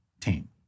team